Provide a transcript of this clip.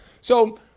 So-